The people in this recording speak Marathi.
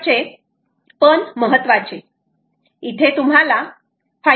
शेवटचे पण महत्त्वाचे इथे तुम्हाला 5